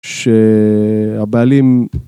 שהבעלים